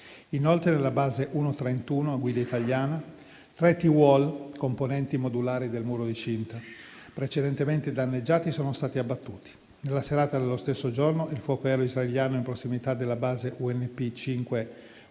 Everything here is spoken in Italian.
Inoltre, nella base 1-31 a guida italiana, tre T-wall, componenti modulari del muro di cinta, precedentemente danneggiati, sono stati abbattuti. Nella serata dello stesso giorno il fuoco aereo israeliano, in prossimità della base UNP 5-42,